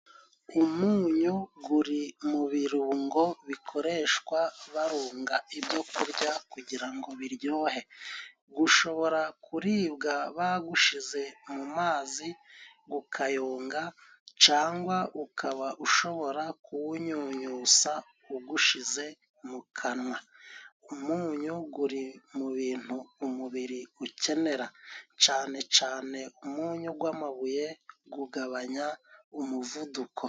Umunyu guri mu birungo bikoreshwa barunga ibyo kurya kugira ngo biryohe. Gushobora kuribwa bagushize mu mu mazi gukayonga, cangwa ukaba ushobora kuwunyunyusa ugushize mu kanwa. Umunyu guri mu bintu umubiri ukenera, cane cane umunyu gw'amabuye gugabanya umuvuduko.